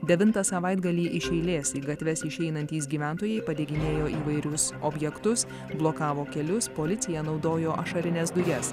devintą savaitgalį iš eilės į gatves išeinantys gyventojai padeginėjo įvairius objektus blokavo kelius policija naudojo ašarines dujas